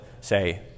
say